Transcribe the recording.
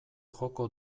joko